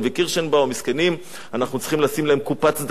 אנחנו צריכים לשים להם קופת צדקה אצלנו בבית,